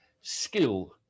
skill